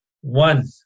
one